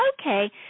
okay